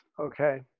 Okay